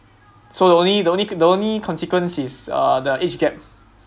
so the only only the only consequence is uh the age gap